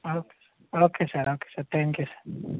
okay sir okay sir okay sir thank you sir